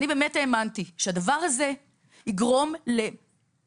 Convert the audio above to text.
אני באמת האמנתי שהדבר הזה יגרום למהפכה,